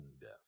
Death